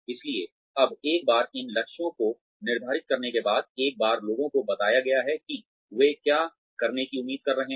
इसलिए अब एक बार इन लक्ष्यों को निर्धारित करने के बाद एक बार लोगों को बताया गया है कि वे क्या करने की उम्मीद कर रहे हैं